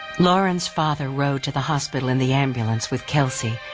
lauren's father rode to the hospital in the ambulance with kelsey,